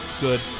good